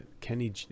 Kenny